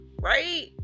Right